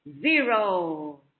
zero